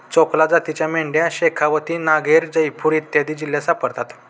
चोकला जातीच्या मेंढ्या शेखावती, नागैर, जयपूर इत्यादी जिल्ह्यांत सापडतात